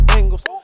angles